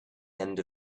end